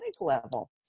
level